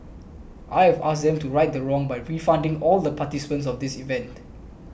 I have asked them to right the wrong by refunding all the participants of this event